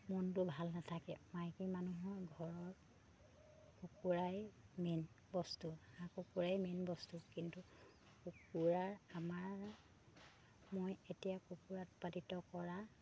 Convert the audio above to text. মনটো ভাল নাথাকে মাইকী মানুহৰ ঘৰৰ কুকুৰাই মেইন বস্তু হাঁহ কুকুৰাই মেইন বস্তু কিন্তু কুকুৰাৰ আমাৰ মই এতিয়া কুকুৰা উৎপাদিত কৰা